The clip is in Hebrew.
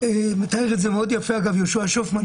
מתאר את זה מאוד יפה יהושע שופמן,